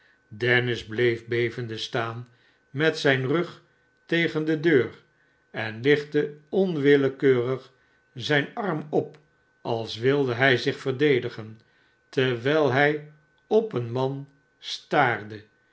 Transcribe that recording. dennis bleef bevende staan met zijn rug tegen de deur en hchtte onwillekeurig zijn arm op als wilde hij zich verdedigen terwijl hij op een man staarde